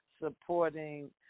supporting